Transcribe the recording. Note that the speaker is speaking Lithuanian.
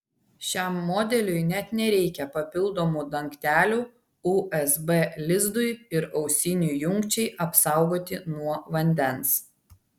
šiam modeliui net nereikia papildomų dangtelių usb lizdui ir ausinių jungčiai apsaugoti nuo vandens